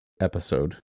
episode